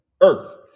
earth